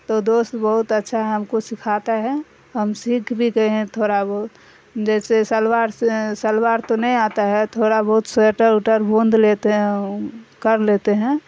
تو دوست بہت اچھا ہے ہم کو سکھاتا ہے ہم سیکھ بھی گئے ہیں تھوڑا بہت جیسے سلوار سے سلوار تو نہیں آتا ہے تھوڑا بہت سویٹر وٹر بند لیتے ہیں کر لیتے ہیں